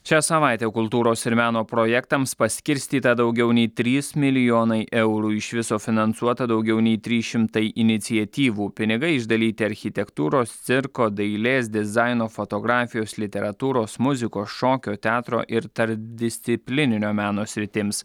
šią savaitę kultūros ir meno projektams paskirstyta daugiau nei trys milijonai eurų iš viso finansuota daugiau nei trys šimtai iniciatyvų pinigai išdalyti architektūros cirko dailės dizaino fotografijos literatūros muzikos šokio teatro ir tarpdisciplininio meno sritims